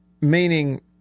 Meaning